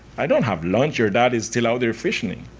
i don't have lunch. your dad is still out there fishing,